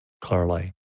clearly